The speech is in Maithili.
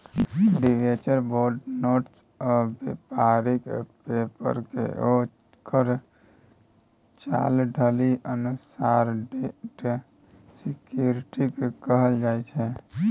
डिबेंचर, बॉड, नोट्स आ बेपारिक पेपरकेँ ओकर चाल ढालि अनुसार डेट सिक्युरिटी कहल जाइ छै